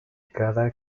cada